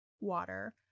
water